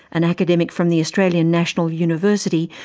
an academic from the australian national university,